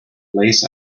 lace